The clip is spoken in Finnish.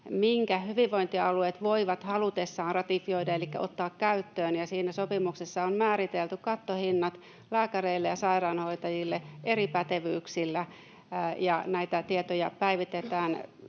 minkä hyvinvointialueet voivat halutessaan ratifioida elikkä ottaa käyttöön. Siinä sopimuksessa on määritelty kattohinnat lääkäreille ja sairaanhoitajille, eri pätevyyksillä, ja näitä tietoja päivitetään.